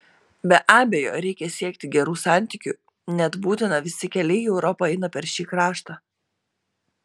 be abejo reikia siekti gerų santykių net būtina visi keliai į europą eina per šį kraštą